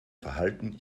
verhalten